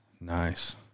Nice